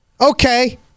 Okay